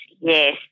yes